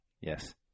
Yes